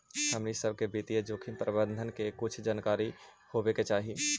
हमनी सब के वित्तीय जोखिम प्रबंधन के कुछ जानकारी होवे के चाहि